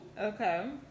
okay